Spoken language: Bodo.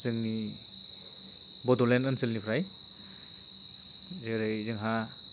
जोंनि बड'लेण्ड ओनसोलनिफ्राय जेरै जोंहा